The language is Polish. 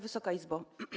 Wysoka Izbo!